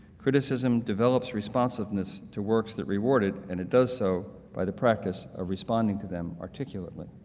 criticism develops responsiveness to works that reward it, and it does so by the practice of responding to them articulately.